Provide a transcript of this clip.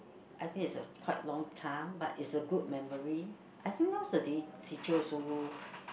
I think it's a quite long time but it's a good memory I think nowadays teachers who